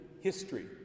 history